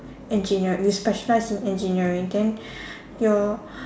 engineering you specialize in engineering then your